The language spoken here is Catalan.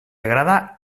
agrada